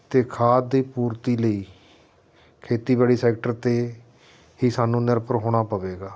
ਅਤੇ ਖਾਦ ਦੀ ਪੂਰਤੀ ਲਈ ਖੇਤੀਬਾੜੀ ਸੈਕਟਰ 'ਤੇ ਹੀ ਸਾਨੂੰ ਨਿਰਭਰ ਹੋਣਾ ਪਵੇਗਾ